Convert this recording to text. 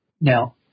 Now